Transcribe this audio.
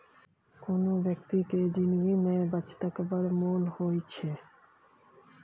कोनो बेकती केर जिनगी मे बचतक बड़ मोल होइ छै